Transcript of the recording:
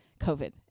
COVID